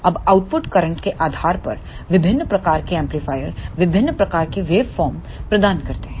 अब output current के आधार पर विभिन्न प्रकार के एम्पलीफायर विभिन्न प्रकार के वेवफॉर्म प्रदान करते हैं